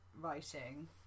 writing